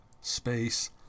space